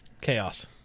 Chaos